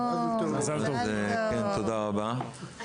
תודה רבה,